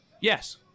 Yes